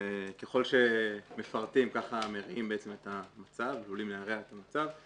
ככל שמפרטים ככה עלולים להרע את המצב.